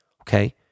okay